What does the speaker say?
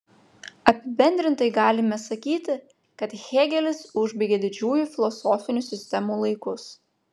apibendrintai galime sakyti kad hėgelis užbaigė didžiųjų filosofinių sistemų laikus